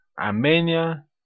Armenia